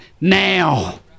Now